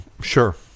Sure